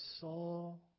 soul